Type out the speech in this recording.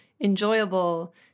enjoyable